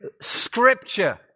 Scripture